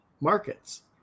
markets